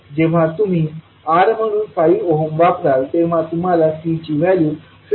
जेव्हा तुम्ही R म्हणून 5 ओहम वापराल तेव्हा तुम्हाला C ची व्हॅल्यू 66